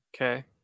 Okay